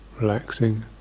relaxing